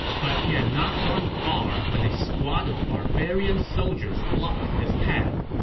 but he had not gone far when a squad of barbarian soldiers blocked his path.